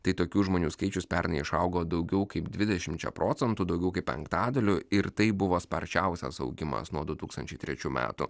tai tokių žmonių skaičius pernai išaugo daugiau kaip dvidešimčia procentų daugiau kaip penktadaliu ir tai buvo sparčiausias augimas nuo du tūkstančiai trečių metų